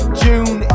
june